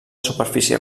superfície